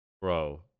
bro